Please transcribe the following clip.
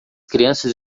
crianças